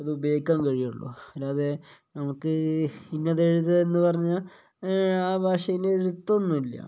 അത് ഉപയോഗിക്കാൻ കഴിയുകയുള്ളു അല്ലാതെ നമുക്ക് ഇന്നത് എഴുത് എന്ന് പറഞ്ഞാൽ ആ ഭാഷയിൽ എഴുത്തൊന്നും ഇല്ല